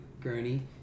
Gurney